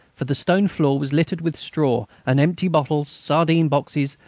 for the stone floor was littered with straw, and empty bottles, sardine-boxes,